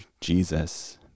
Jesus